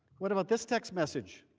what about this text message?